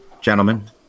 gentlemen